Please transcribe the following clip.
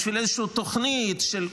בשביל איזושהי תוכנית של גוף,